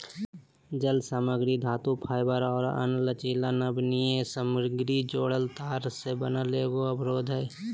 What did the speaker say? जालसामग्री धातुफाइबर और अन्य लचीली नमनीय सामग्री जोड़ल तार से बना एगो अवरोध हइ